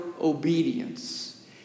obedience